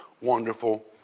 wonderful